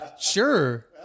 sure